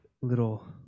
little